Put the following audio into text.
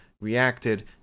reacted